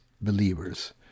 believers